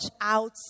out